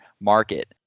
market